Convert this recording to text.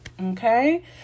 Okay